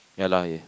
ya lah